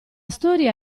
storia